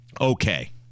okay